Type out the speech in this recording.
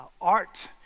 art